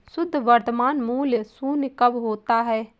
शुद्ध वर्तमान मूल्य शून्य कब होता है?